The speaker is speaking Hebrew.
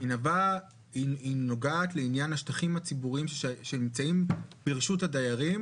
היא נוגעת לעניין השטחים הציבוריים שנמצאים ברשות הדיירים.